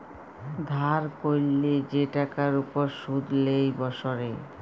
ধার ক্যরলে যে টাকার উপর শুধ লেই বসরে